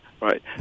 right